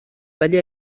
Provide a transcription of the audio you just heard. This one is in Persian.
ولی